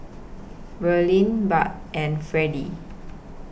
Verlene Barb and Fredie